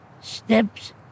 steps